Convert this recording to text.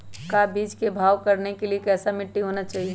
का बीज को भाव करने के लिए कैसा मिट्टी होना चाहिए?